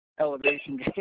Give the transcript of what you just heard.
Elevation